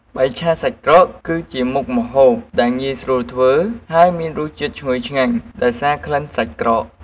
បាយឆាសាច់ក្រក គឺជាមុខម្ហូបដែលងាយស្រួលធ្វើ ហើយមានរសជាតិឈ្ងុយឆ្ងាញ់ ដោយសារក្លិនសាច់ក្រក។